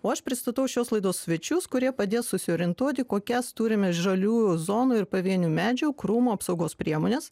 o aš pristatau šios laidos svečius kurie padės susiorientuoti kokias turime žaliųjų zonų ir pavienių medžių krūmų apsaugos priemones